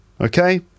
Okay